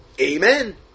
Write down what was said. Amen